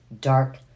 dark